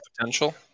potential